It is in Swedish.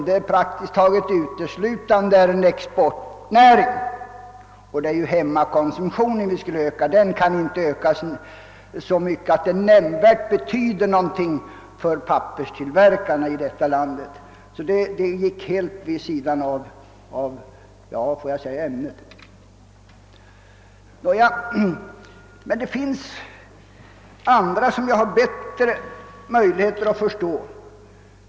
Den är praktiskt taget uteslutande en exportnäring, och det är ju hemmakonsumtionen vi skall öka. Den ökningen kan ju inte betyda så mycket för papperstillverkarna i detta land. Det ligger helt vid sidan av ämnet, om jag så får säga. Men det finns andra som yttrat sig i debatten som jag har bättre möjligheter att förstå.